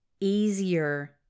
easier